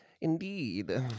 Indeed